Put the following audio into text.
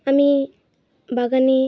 আমি বাগানে